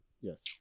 Yes